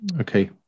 okay